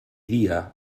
dia